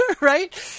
Right